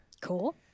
Cool